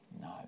no